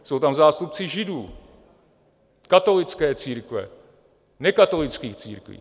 Jsou tam zástupci Židů, katolické církve, nekatolických církví.